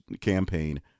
campaign